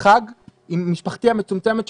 חג עם משפחתי המצומצמת,